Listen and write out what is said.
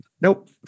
nope